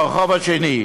מהרחוב השני.